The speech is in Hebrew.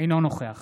אינו נוכח